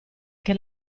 che